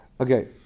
Okay